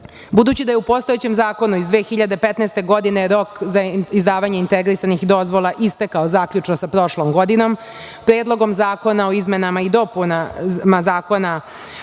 izdata. Budući da je u postojećem zakonu iz 2015. godine rok za izdavanje integrisanih dozvola istekao zaključno sa prošlom godinom, Predlogom zakona o izmenama i dopunama Zakona